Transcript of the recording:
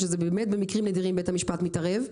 שבאמת במקרים נדירים בית המשפט מתערב.